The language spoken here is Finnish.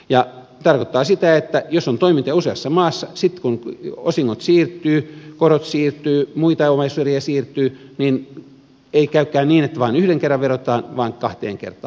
se tarkoittaa sitä että jos on toimintoja useassa maassa niin sitten kun osingot siirtyvät korot siirtyvät ja muita omaisuuseriä siirtyy ei käykään niin että vain yhden kerran verotetaan vaan verotetaan kahteen kertaan